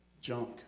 junk